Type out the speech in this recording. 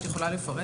את יכולה לפרט?